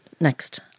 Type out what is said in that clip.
Next